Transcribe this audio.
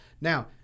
Now